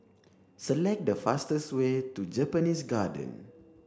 select the fastest way to Japanese Garden